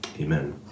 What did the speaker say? Amen